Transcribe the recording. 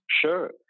Sure